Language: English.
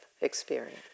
experience